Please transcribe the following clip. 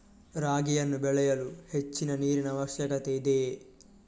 ರಾಗಿಯನ್ನು ಬೆಳೆಯಲು ಹೆಚ್ಚಿನ ನೀರಿನ ಅವಶ್ಯಕತೆ ಇದೆಯೇ?